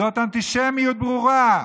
זאת אנטישמיות ברורה,